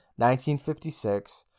1956